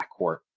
backcourt